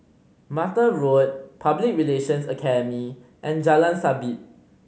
Mattar Road Public Relations Academy and Jalan Sabit